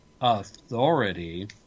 authority